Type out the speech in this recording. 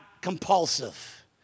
compulsive